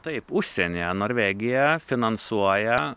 taip užsienyje norvegija finansuoja